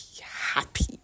happy